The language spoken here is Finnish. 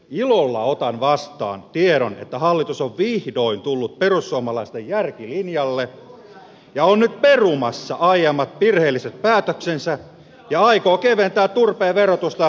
ilolla otan vastaan tiedon että hallitus on vihdoin tullut perussuomalaisten järkilinjalle ja on nyt perumassa aiemmat virheelliset päätöksensä ja aikoo keventää turpeen verotusta ja lisätä puuhakkeen tukea